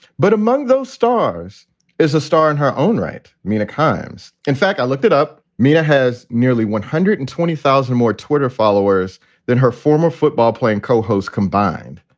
but among those stars is a star in her own right. mina kimes. in fact, i looked it up. mina has nearly one hundred and twenty thousand more twitter followers than her former football player co-host combined.